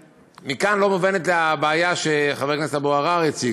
ומכאן לא מובנת הבעיה שחבר הכנסת אבו עראר הציג.